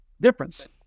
difference